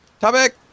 Topic